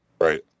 Right